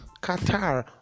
Qatar